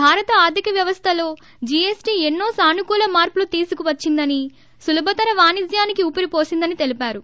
భారత ఆర్థిక వ్యవస్థలో జీఎస్టీ ఎన్నో సానుకూల మార్సులు తీసుకువచ్చిందని సులభతర వాణిజ్యానికి ఊపిరి పోసిందని తెలిపారు